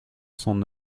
son